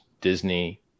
Disney